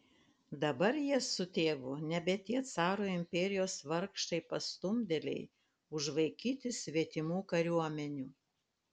dabar jie su tėvu nebe tie caro imperijos vargšai pastumdėliai užvaikyti svetimų kariuomenių